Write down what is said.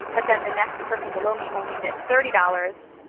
but then the next person below me only bids thirty dollars.